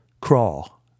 Crawl